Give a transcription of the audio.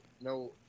no